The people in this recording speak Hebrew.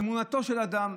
אמונתו של אדם,